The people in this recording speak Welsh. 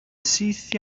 syth